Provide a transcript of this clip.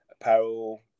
apparel